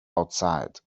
outside